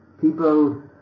people